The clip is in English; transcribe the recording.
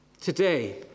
Today